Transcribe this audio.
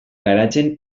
garatzen